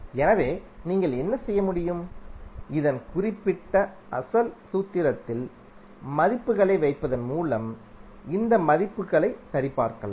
எனவே நீங்கள் என்ன செய்ய முடியும் இதன் குறிப்பிட்ட அசல் சூத்திரத்தில் மதிப்புகளை வைப்பதன் மூலம் இந்த மதிப்புகளை சரிபார்க்கலாம்